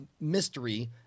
mystery